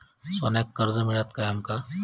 सोन्याक कर्ज मिळात काय आमका?